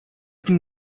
can